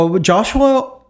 Joshua